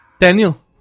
Daniel